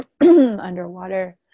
underwater